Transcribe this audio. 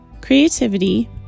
creativity